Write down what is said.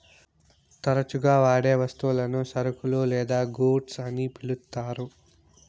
తరచుగా వాడే వస్తువులను సరుకులు లేదా గూడ్స్ అని పిలుత్తారు